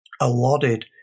allotted